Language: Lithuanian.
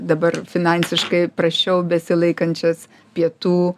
dabar finansiškai prasčiau besilaikančias pietų